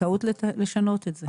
טעות לשנות את זה.